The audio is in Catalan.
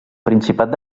principat